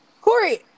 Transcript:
Corey